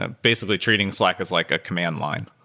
ah basically treating slack as like a command line.